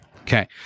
Okay